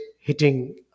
hitting